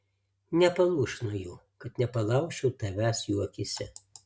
nepalūžk nuo jų kad nepalaužčiau tavęs jų akyse